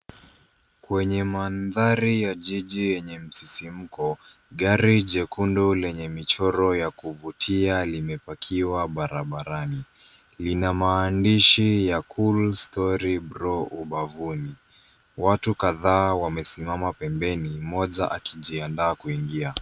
Kwenye mandhari ya jiji yenye msisimko, gari jekundu lenye michoro ya kuvutia limepakiwa barabarani. Lina maandishi ya 'cool story bro' ubavuni. Watu kadhaa wamesimama pembeni moja akijiandaa kuingia.